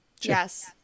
yes